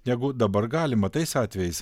negu dabar galima tais atvejais